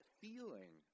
feeling